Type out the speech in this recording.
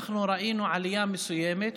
אנחנו ראינו עלייה מסוימת,